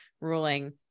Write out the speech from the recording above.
ruling